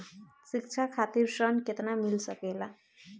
शिक्षा खातिर ऋण केतना मिल सकेला?